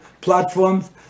platforms